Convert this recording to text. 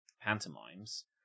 pantomimes